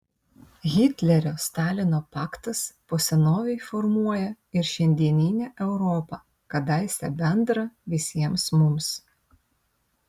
hitlerio stalino paktas po senovei formuoja ir šiandieninę europą kadaise bendrą visiems mums